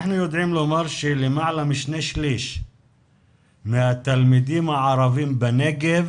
אנחנו יודעים לומר שלמעלה משני שלישים מהתלמידים הערבים בנגב